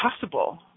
possible